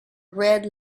red